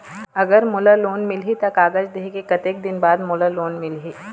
अगर मोला लोन मिलही त कागज देहे के कतेक दिन बाद मोला लोन मिलही?